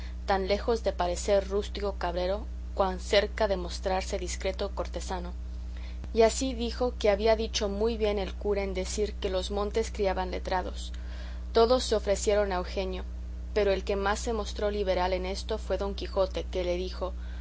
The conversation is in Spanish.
tan lejos de parecer rústico cabrero cuan cerca de mostrarse discreto cortesano y así dijo que había dicho muy bien el cura en decir que los montes criaban letrados todos se ofrecieron a eugenio pero el que más se mostró liberal en esto fue don quijote que le dijo